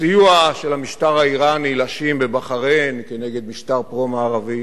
הסיוע של המשטר האירני לשיעים בבחריין נגד משטר פרו-מערבי